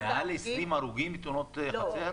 מעל 20 הרוגים בתאונות חצר?